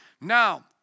Now